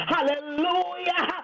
Hallelujah